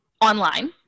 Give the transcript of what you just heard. online